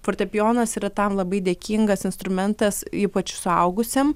fortepijonas yra tam labai dėkingas instrumentas ypač suaugusiam